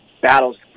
battles